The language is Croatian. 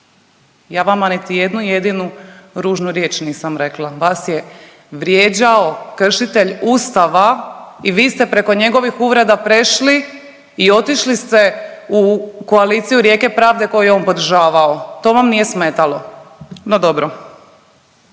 Ja vam niti jednu jedinu ružnu riječ nisam rekla, vas je vrijeđao kršitelj Ustava i vi ste preko njegovih uvreda prešli i otišli su koaliciju Rijeke pravde koju je on podržavao. To vam nije smetalo. No dobro,